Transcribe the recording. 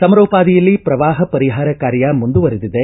ಸಮರೋಪಾದಿಯಲ್ಲಿ ಪ್ರವಾಹ ಪರಿಹಾರ ಕಾರ್ಯ ಮುಂದುವರಿದಿದೆ